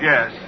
Yes